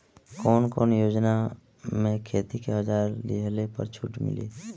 कवन कवन योजना मै खेती के औजार लिहले पर छुट मिली?